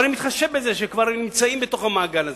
אבל אני מתחשב בזה שהם כבר נמצאים בתוך המעגל הזה,